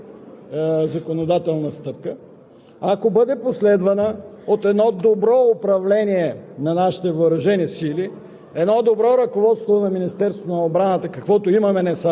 постъпване на кадрова военна служба или за попълване на резерва. Аз съм убеден, че тази законодателна стъпка,